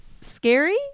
scary